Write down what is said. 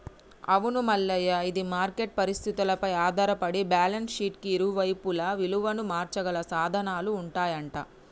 అవును మల్లయ్య ఇది మార్కెట్ పరిస్థితులపై ఆధారపడి బ్యాలెన్స్ షీట్ కి ఇరువైపులా విలువను మార్చగల సాధనాలు ఉంటాయంట